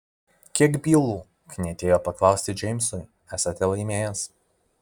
kiek bylų knietėjo paklausti džeimsui esate laimėjęs